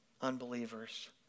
unbelievers